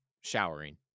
showering